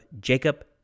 Jacob